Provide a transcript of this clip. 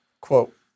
Quote